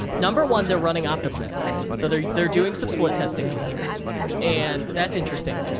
number one, they're running optimizely, so they're they're doing some split testing on here and that's interesting.